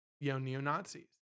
neo-Nazis